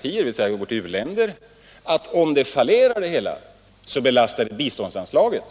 till u-länder, att om det hela fallerar så belastar det biståndsanslaget.